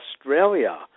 Australia